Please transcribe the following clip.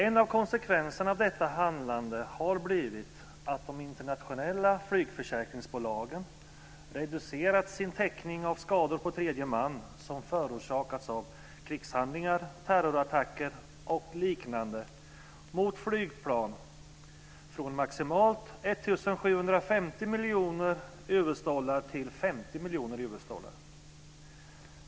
En av konsekvenserna av detta handlande har blivit att de internationella flygförsäkringsbolagen reducerat sin täckning av skador på tredje man som förorsakats av krigshandlingar, terrorattacker och liknande mot flygplan från maximalt 1 750 miljoner US-dollar till 50 miljoner US-dollar.